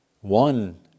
One